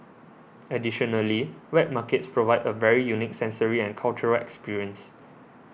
additionally wet markets provide a very unique sensory and cultural experience